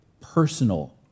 personal